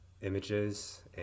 images